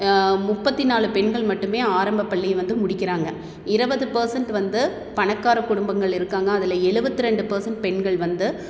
முப்பத்தி நாலு பெண்கள் மட்டுமே ஆரம்பப் பள்ளியை வந்து முடிக்கிறாங்க இருபது பர்சண்ட் வந்து பணக்காரக் குடும்பங்கள் இருக்காங்க அதில் எழுவத்து ரெண்டு பர்சண்ட் பெண்கள் வந்து